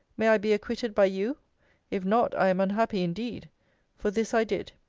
may i be acquitted by you if not, i am unhappy indeed for this i did.